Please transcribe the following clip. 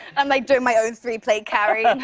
i'm, like, doing my own three-plate carry.